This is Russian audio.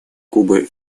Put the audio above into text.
кубы